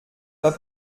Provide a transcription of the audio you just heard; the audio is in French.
pas